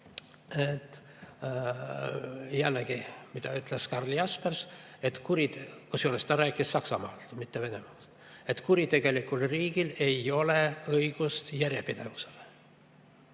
jällegi, mida ütles Karl Jaspers – kusjuures ta rääkis Saksamaast, mitte Venemaast –, et kuritegelikul riigil ei ole õigust järjepidevusele.